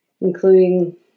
including